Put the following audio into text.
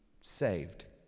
saved